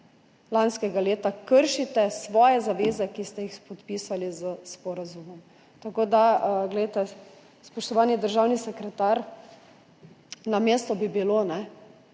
lanskega leta kršite svoje zaveze, ki ste jih podpisali s sporazumom. Spoštovani državni sekretar, na mestu bi bilo, da